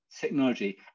technology